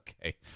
Okay